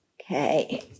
Okay